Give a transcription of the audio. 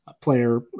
player